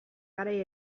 garai